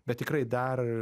bet tikrai dar